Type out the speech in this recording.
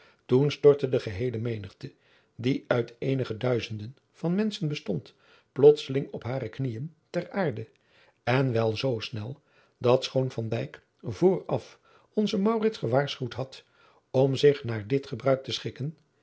toen stortte de geheele menigte die uit eenige duizenden van menschen bestond plotseling op hare knieën ter aarde en wel zoo snel dat schoon van dijk vooraf onzen maurits gewaarschuwd had om zich naar dit gebruik te schikken